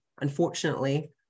unfortunately